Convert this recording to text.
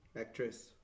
Actress